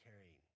carrying